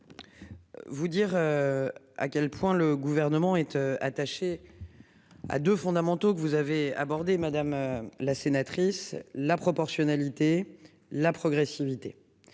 Vous dire. À quel point le gouvernement être. À deux fondamentaux que vous avez abordé madame la sénatrice la proportionnalité. La progressivité.